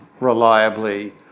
reliably